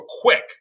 quick